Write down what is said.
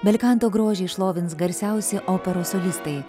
belikanto grožį šlovins garsiausi operos solistai